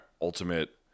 ultimate